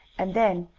and then,